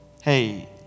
hey